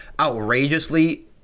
outrageously